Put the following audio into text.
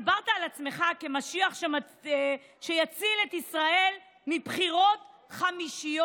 דיברת על עצמך כמשיח שיציל את ישראל מבחירות חמישיות.